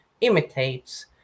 imitates